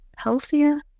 Healthier